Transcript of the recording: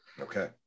Okay